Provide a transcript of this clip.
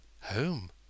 Home